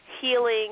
healing